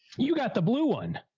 you got the blue one